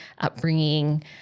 upbringing